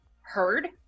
heard